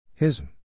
Hism